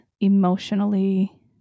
emotionally